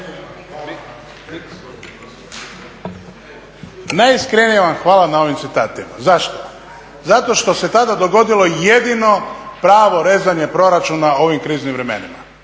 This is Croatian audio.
Najiskrenije vam hvala na ovim citatima. Zašto? Zato što se tada dogodilo jedino pravo rezanje proračuna u ovim kriznim vremenima.